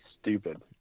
stupid